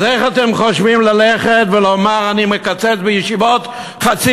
אז איך אתם חושבים ללכת ולומר: אני מקצץ בישיבות חצי